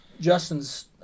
Justin's